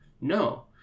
No